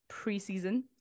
preseason